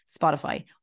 Spotify